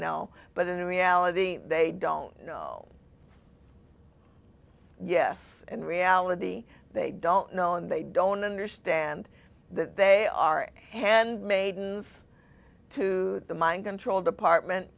know but in reality they don't know yes in reality they don't know and they don't understand that they are handmaidens to the mind control department